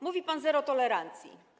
Mówi pan: Zero tolerancji.